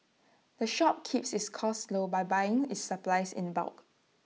the shop keeps its costs low by buying its supplies in bulk